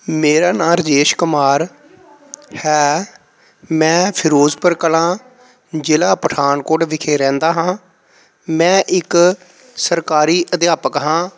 ਮੇਰਾ ਨਾਮ ਰਜੇਸ਼ ਕੁਮਾਰ ਹੈ ਮੈਂ ਫਿਰੋਜ਼ਪੁਰ ਕਲਾਂ ਜ਼ਿਲ੍ਹਾ ਪਠਾਨਕੋਟ ਵਿਖੇ ਰਹਿੰਦਾ ਹਾਂ ਮੈਂ ਇੱਕ ਸਰਕਾਰੀ ਅਧਿਆਪਕ ਹਾਂ